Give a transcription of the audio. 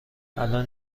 الان